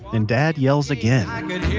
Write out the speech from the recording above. and dad yells again